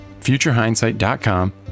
futurehindsight.com